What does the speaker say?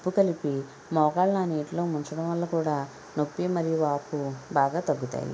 ఉప్పు కలిపి మోకాళ్ళను ఆ నీటిలో ముంచడం వల్ల కూడా నొప్పి మరియు వాపు బాగా తగ్గుతాయి